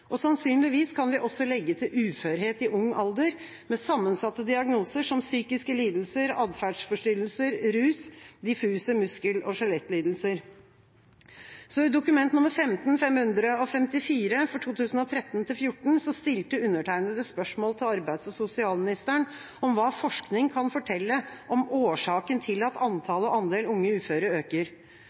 arbeidsledighet. Sannsynligvis kan vi også legge til uførhet i ung alder, med sammensatte diagnoser som psykiske lidelser, atferdsforstyrrelser, rus og diffuse muskel- og skjelettlidelser. I Dokument nr. 15:554 for 2013–2014 stilte undertegnede spørsmål til arbeids- og sosialministeren om hva forskning kan fortelle om årsaken til at antall og andel unge uføre øker.